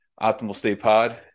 optimalstatepod